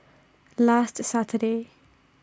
last Saturday